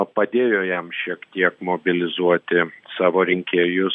padėjo jam šiek tiek mobilizuoti savo rinkėjus